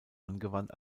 angewandt